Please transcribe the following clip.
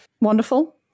Wonderful